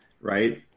Right